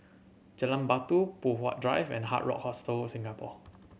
Jalan Batu Poh Huat Drive and Hard Rock Hostel Singapore